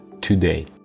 today